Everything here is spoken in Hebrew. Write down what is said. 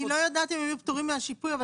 אני לא יודעת אם היו פטורים מהשיפוי אבל